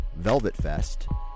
VelvetFest